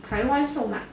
台湾售卖